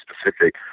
specific